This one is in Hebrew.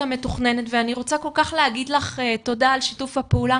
המתוכננת ואני רוצה כל כך להגיד לך תודה על שיתוף הפעולה